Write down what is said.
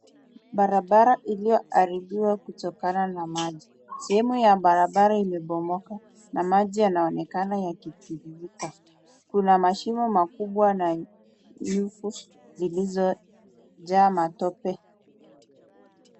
Barabara iliyoharibiwa kutokana na maji. Sehemu ya barabara imebomoka na yanaonekana. Kuna mashimo makubwa na shimo zilizojaa matope.